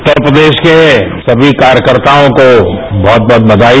उत्तर प्रदेश के सभी कार्यकर्ताओं को बहत बहत बयाई